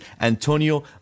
Antonio